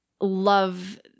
love